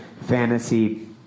fantasy